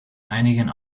einigen